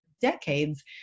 decades